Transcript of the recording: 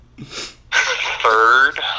third